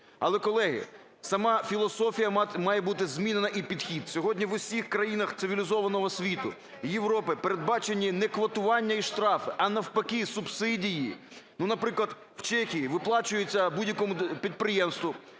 Але, колеги, сама філософія має бути змінена і підхід. Сьогодні в усіх країнах цивілізованого світу, Європи передбачені не квотування і штрафи, а навпаки, субсидії. Ну наприклад, в Чехії виплачується будь-якому підприємству